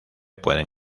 pueden